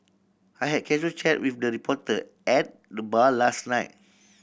I had a casual chat with the reporter at the bar last night